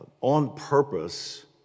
on-purpose